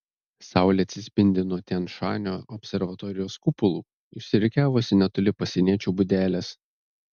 saulė atsispindi nuo tian šanio observatorijos kupolų išsirikiavusių netoli pasieniečio būdelės